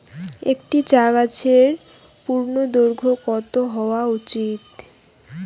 একটি চা গাছের পূর্ণদৈর্ঘ্য কত হওয়া উচিৎ?